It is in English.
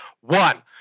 one